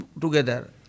together